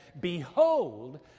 Behold